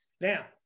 now